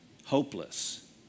hopeless